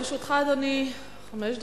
לרשותך, אדוני, חמש דקות.